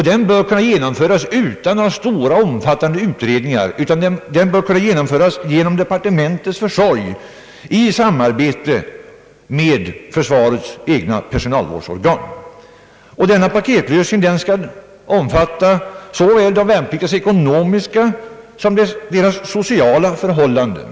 Den bör kunna genomföras utan stora och omfattande utredningar, genom departementets försorg i samarbete med försvarets egna personalvårdsorgan. Denna paketlösning skall omfatta såväl de värnpliktigas ekonomiska som deras sociala förhållanden.